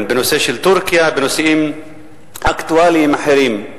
בנושא של טורקיה ובנושאים אקטואליים אחרים.